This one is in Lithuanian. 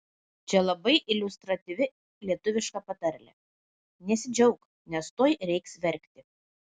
čia labai iliustratyvi lietuviška patarlė nesidžiauk nes tuoj reiks verkti